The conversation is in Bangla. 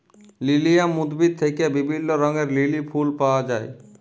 লিলিয়াম উদ্ভিদ থেক্যে বিভিল্য রঙের লিলি ফুল পায়া যায়